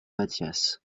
mathias